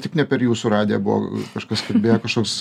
tik ne per jūsų radiją buvo kažkas kalbėjo kažkoks